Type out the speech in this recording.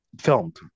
filmed